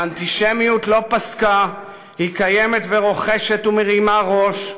האנטישמיות לא פסקה, היא קיימת ורוחשת ומרימה ראש,